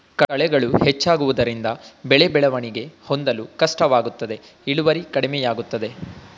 ಕಳೆಗಳು ಹೆಚ್ಚಾಗುವುದರಿಂದ ಬೆಳೆ ಬೆಳವಣಿಗೆ ಹೊಂದಲು ಕಷ್ಟವಾಗುತ್ತದೆ ಇಳುವರಿ ಕಡಿಮೆಯಾಗುತ್ತದೆ